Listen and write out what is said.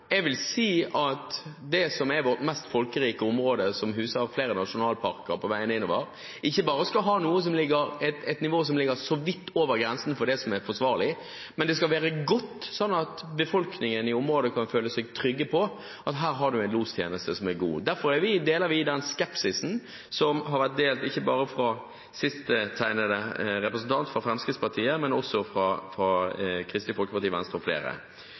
Jeg vil si at det som er vårt mest folkerike område, som huser flere nasjonalparker på veien innover, ikke bare skal ha et nivå som ligger så vidt over grensen for det som er forsvarlig, men det skal være godt, slik at befolkningen i området kan føle seg trygge på at man har en god lostjeneste. Derfor deler vi den skepsisen som har vært delt, ikke bare fra siste inntegnede representant fra Fremskrittspartiet, men også fra Kristelig Folkeparti, Venstre og flere.